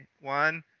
One